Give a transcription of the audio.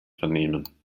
vernehmen